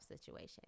situation